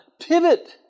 pivot